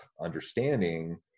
understanding